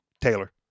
taylor